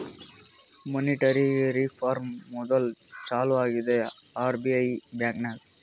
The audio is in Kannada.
ಮೋನಿಟರಿ ರಿಫಾರ್ಮ್ ಮೋದುಲ್ ಚಾಲೂ ಆಗಿದ್ದೆ ಆರ್.ಬಿ.ಐ ಬ್ಯಾಂಕ್ನಾಗ್